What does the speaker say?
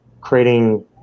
creating